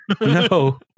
no